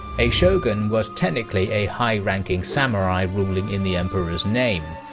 a shogun was technically a high-ranking samurai ruling in the emperor's name,